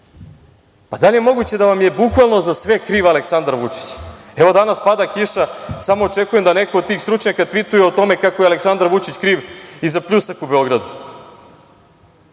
Da li je moguće da vam je bukvalno za sve kriv Aleksandar Vučić? Evo, danas pada kiša, samo očekujem da neko od tih stručnjaka tvituje o tome kako je Aleksandar Vučić kriv i za pljusak u